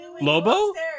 Lobo